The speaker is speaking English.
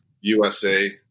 USA